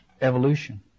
evolution